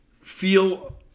feel